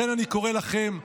לכן אני קורא לכם,